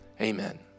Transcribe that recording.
Amen